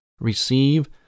receive